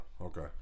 Okay